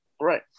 right